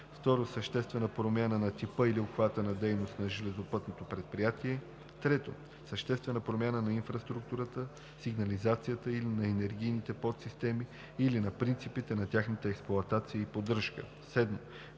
2. съществена промяна на типа или обхвата на дейност на железопътното предприятие; 3. съществена промяна на инфраструктурата, сигнализацията или на енергийните подсистеми или на принципите на тяхната експлоатация и поддръжка.“